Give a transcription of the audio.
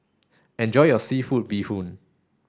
enjoy your seafood bee hoon